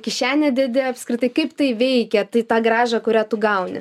kišenę dedi apskritai kaip tai veikia tai tą grąžą kurią tu gauni